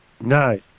No